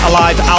Alive